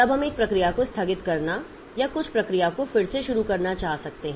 तब हम एक प्रक्रिया को स्थगित करना या कुछ प्रक्रिया को फिर से शुरू करना चाह सकते हैं